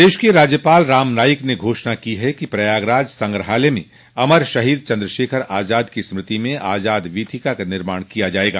प्रदेश के राज्यपाल राम नाईक ने घोषणा की है कि प्रयागराज संग्रहालय में अमर शहीद चन्द्रशेखर आजाद की स्मृति में आजाद वीथिका का निर्माण किया जायेगा